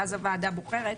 ואז הוועדה בוחרת.